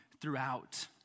throughout